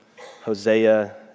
Hosea